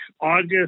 August